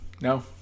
No